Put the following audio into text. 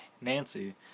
Nancy